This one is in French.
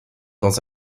dans